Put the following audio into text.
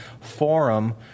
forum